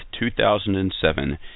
2007